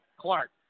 Clark